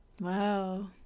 wow